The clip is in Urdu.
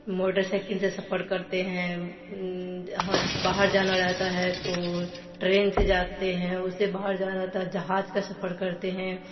موٹر سائیکل سے سفر کرتے ہیں باہر جانا رہتا ہے تو ٹرین سے جاتے ہیں اس سے باہر جانا رہتا ہے جہاز کا سفر کرتے ہیں